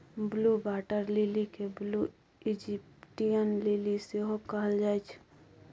blue water lily केँ blue Egyptian lily सेहो कहल जाइ छै